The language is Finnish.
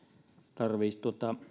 tarvitsisi